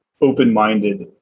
open-minded